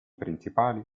principali